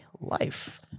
Life